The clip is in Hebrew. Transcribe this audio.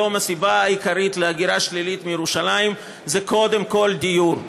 היום הסיבה העיקרית להגירה שלילית מירושלים היא קודם כול דיור.